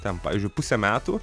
ten pavyzdžiui pusę metų